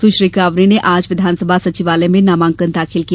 सुश्री कांवरे ने आज विधानसभा सचिवालय में नामांकन दाखिल किया